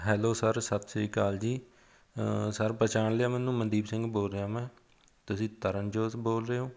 hello sir ਸਤਿ ਸ਼੍ਰੀ ਅਕਾਲ ਜੀ ਸਰ ਪਹਿਚਾਣ ਲਿਆ ਮੈਨੂੰ ਮਨਦੀਪ ਸਿੰਘ ਬੋਲ ਰਿਹਾ ਮੈਂ ਤੁਸੀਂ ਤਰਨਜੋਤ ਬੋਲ ਰਹੇ ਹੋ